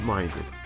Minded